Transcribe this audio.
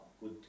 good